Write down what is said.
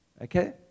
okay